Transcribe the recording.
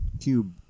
Cube